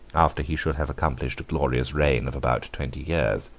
after he should have accomplished a glorious reign of about twenty years.